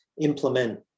implement